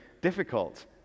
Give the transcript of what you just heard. difficult